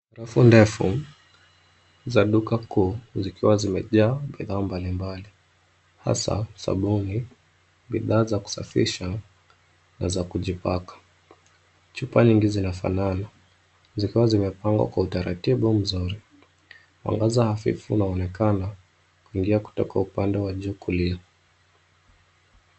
Radu ndefu za duka kuu zikiwa zimejaa bidhaa mbalimbali hasa sabuni, bidhaa za kusafisha na za kujipaka. Chupa nyingi zinafanana zikiwa zimepangwa kwa utaratibu mzuri. Mwangaza hafifu unaonekana kuingia kutoka upande wa juu kulia.